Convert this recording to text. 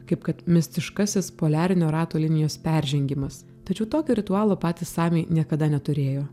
kaip kad mistiškasis poliarinio rato linijos peržengimas tačiau tokio ritualo patys samiai niekada neturėjo